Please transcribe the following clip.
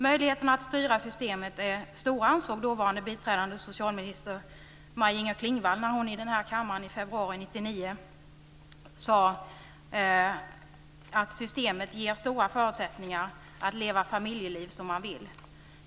Möjligheterna att styra systemet är stora, ansåg dåvarande biträdande socialminister Maj-Inger Klingvall när hon i denna kammare i februari 1999 sade att systemet ger stora förutsättningar att leva familjeliv som man vill.